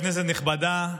כנסת נכבדה,